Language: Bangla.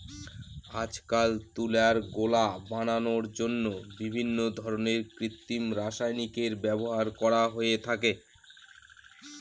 আজকাল তুলার গোলা বানানোর জন্য বিভিন্ন ধরনের কৃত্রিম রাসায়নিকের ব্যবহার করা হয়ে থাকে